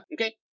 okay